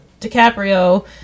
DiCaprio